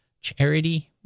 Charity